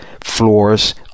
floors